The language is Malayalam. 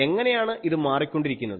എങ്ങനെയാണ് ഇത് മാറിക്കൊണ്ടിരിക്കുന്നത്